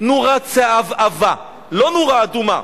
נורה צהבהבה, לא נורה אדומה,